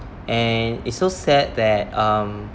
and it's so sad that um